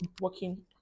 working